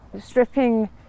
stripping